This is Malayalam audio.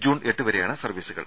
ജൂൺ എട്ടുവരെയാണ് സർവീസുകൾ